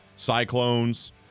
Cyclones